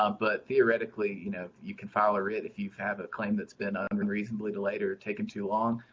um but theoretically you know you can file a writ if you have a claim that's been ah and unreasonably delayed or taking too long,